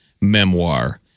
memoir